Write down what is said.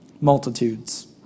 multitudes